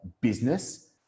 business